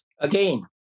Again